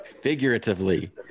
figuratively